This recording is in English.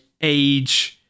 age